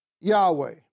Yahweh